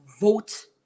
vote